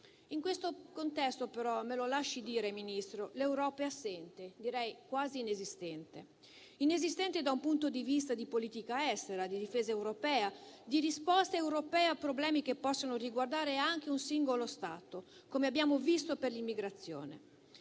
In questo contesto, però - me lo lasci dire, Ministro - l'Europa è assente, direi quasi inesistente da un punto di vista di politica estera, di difesa europea, di risposta europea a problemi che possono riguardare anche un singolo Stato, come abbiamo visto per l'immigrazione.